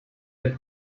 del